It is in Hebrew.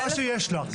כל מה שיש לה.